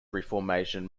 reformation